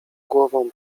głową